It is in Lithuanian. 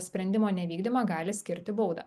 sprendimo nevykdymą gali skirti baudą